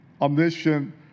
Omniscient